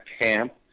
camp